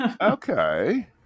Okay